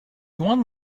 one